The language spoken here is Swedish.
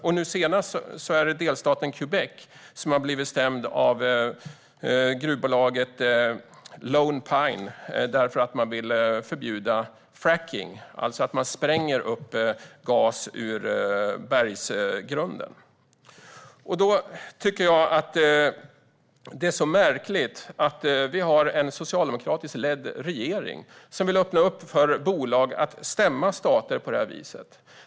Och nu senast är det delstaten Quebec som har blivit stämd av gruvbolaget Lone Pine därför att man ville förbjuda fracking, alltså att man spränger upp gas ur berggrunden. Jag tycker att det är märkligt att en socialdemokratiskt ledd regering vill öppna upp för bolag att stämma stater på det här viset.